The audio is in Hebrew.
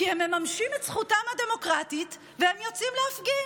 כי הם מממשים את זכותם הדמוקרטית והם יוצאים להפגין.